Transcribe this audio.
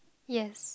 yes